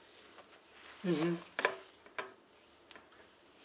mmhmm